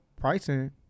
pricing